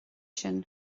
sin